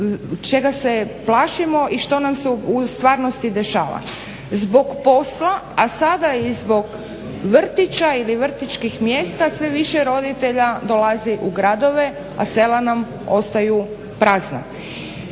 čega se plašimo i što nam se u stvarnosti dešava zbog posla, a sada i zbog vrtića ili vrtićkih mjesta sve više roditelja dolazi u gradove a sela nam ostaju prazna.